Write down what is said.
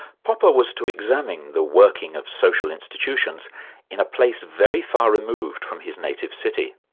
popper was to examine the working of social institutions in a place very far removed from his native city.